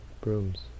brooms